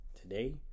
today